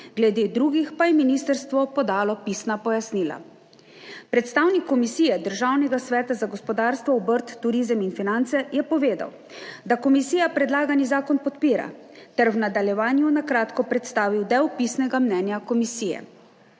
glede drugih pa je ministrstvo podalo pisna pojasnila. Predstavnik Komisije Državnega sveta za gospodarstvo, obrt, turizem in finance je povedal, da komisija predlagani zakon podpira, ter v nadaljevanju na kratko predstavil del pisnega mnenja komisije.